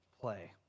play